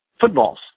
footballs